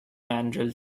mandrel